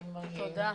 תודה.